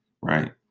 right